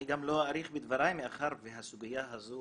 אני גם לא אאריך בדבריי מאחר והסוגיה הזו,